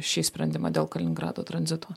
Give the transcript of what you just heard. šį sprendimą dėl kaliningrado tranzito